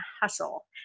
Hustle